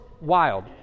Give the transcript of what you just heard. wild